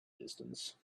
distance